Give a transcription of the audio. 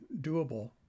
doable